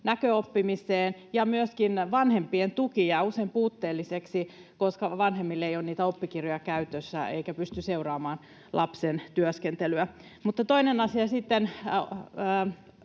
näköoppimiseen. Ja myöskin vanhempien tuki jää usein puutteelliseksi, koska vanhemmille ei ole niitä oppikirjoja käytössä eivätkä he pysty seuraamaan lapsen työskentelyä. Mutta toinen asia sitten